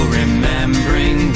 remembering